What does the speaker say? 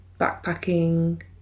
Backpacking